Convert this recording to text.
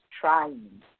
trying